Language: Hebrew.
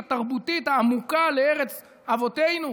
התרבותית העמוקה לארץ אבותינו,